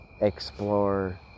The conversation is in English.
explore